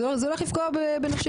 זה הולך לפגוע בנשים.